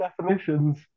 definitions